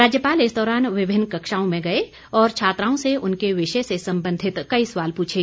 राज्यपाल इस दौरान विभिन्न कक्षाओं में गए और छात्राओं से उनके विषय से संबंधित कई सवाल पूछे